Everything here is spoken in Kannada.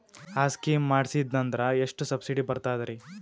ಆ ಸ್ಕೀಮ ಮಾಡ್ಸೀದ್ನಂದರ ಎಷ್ಟ ಸಬ್ಸಿಡಿ ಬರ್ತಾದ್ರೀ?